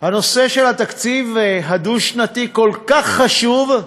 הנושא של התקציב הדו-שנתי כל כך חשוב,